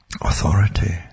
authority